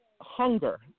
hunger